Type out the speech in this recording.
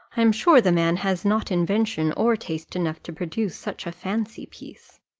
i am sure the man has not invention or taste enough to produce such a fancy piece.